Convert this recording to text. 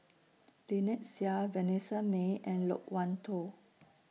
Lynnette Seah Vanessa Mae and Loke Wan Tho